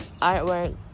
artwork